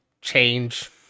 change